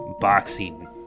boxing